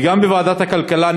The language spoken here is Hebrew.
וגם בוועדת הכלכלה,